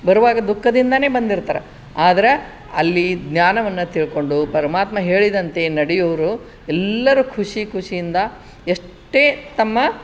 ಬರುವಾಗ ದುಃಖದಿಂದಲೇ ಬಂದಿರ್ತಾರ ಆದ್ರೆ ಅಲ್ಲಿ ಜ್ಞಾನವನ್ನು ತಿಳ್ಕೊಂಡು ಪರಮಾತ್ಮ ಹೇಳಿದಂತೆ ನಡೆಯುವವ್ರು ಎಲ್ಲರೂ ಖುಷಿ ಖುಷಿಯಿಂದ ಎಷ್ಟೇ ತಮ್ಮ